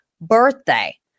birthday